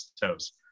toes